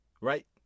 right